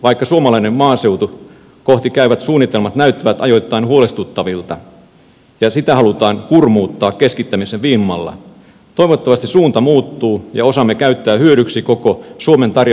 vaikka suomalaista maaseutua kohti käyvät suunnitelmat näyttävät ajoittain huolestuttavilta ja sitä halutaan kurmuuttaa keskittämisen vimmalla toivottavasti suunta muuttuu ja osaamme käyttää hyödyksi koko suomen tarjoamat voimavarat